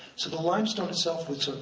so the limestone itself would sort